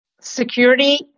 Security